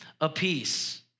apiece